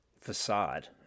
facade